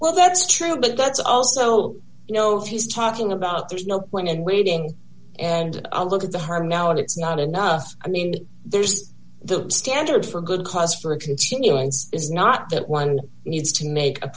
well that's true but that's also you know he's talking about there's no point in waiting and a look at the harm now and it's not enough i mean there's the standard for a good cause for a continuance is not that one needs to make a